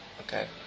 Okay